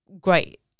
great